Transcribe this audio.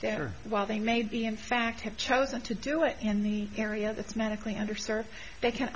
that are while they may be in fact have chosen to do it in the area that's medically underserved they c